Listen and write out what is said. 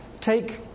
take